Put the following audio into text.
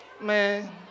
man